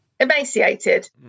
Emaciated